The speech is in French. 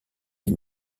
des